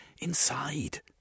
inside